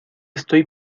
estoy